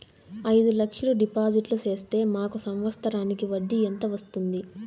అయిదు లక్షలు డిపాజిట్లు సేస్తే మాకు సంవత్సరానికి వడ్డీ ఎంత వస్తుంది?